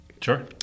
Sure